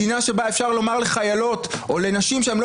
מדינה שבה אפשר לומר לחיילות או לנשים שהן לא